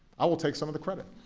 i will take some of the credit.